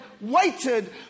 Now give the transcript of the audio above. waited